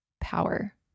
power